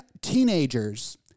teenagers